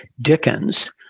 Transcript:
Dickens